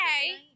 Okay